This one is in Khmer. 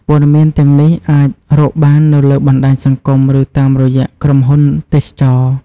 ព័ត៌មានទាំងនេះអាចរកបាននៅលើបណ្តាញសង្គមឬតាមរយៈក្រុមហ៊ុនទេសចរណ៍។